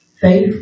faith